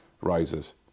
rises